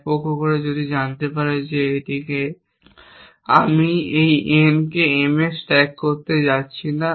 এক পক্ষ করে যে তারা জানতে পারে যে আমি এই Nকে M এ স্ট্যাক করতে যাচ্ছি না